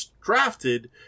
drafted